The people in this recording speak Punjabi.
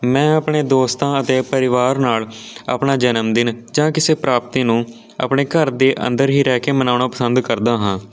ਮੈਂ ਆਪਣੇ ਦੋਸਤਾਂ ਅਤੇ ਪਰਿਵਾਰ ਨਾਲ ਆਪਣਾ ਜਨਮ ਦਿਨ ਜਾਂ ਕਿਸੇ ਪ੍ਰਾਪਤੀ ਨੂੰ ਆਪਣੇ ਘਰ ਦੇ ਅੰਦਰ ਹੀ ਰਹਿ ਕੇ ਮਨਾਉਣਾ ਪਸੰਦ ਕਰਦਾ ਹਾਂ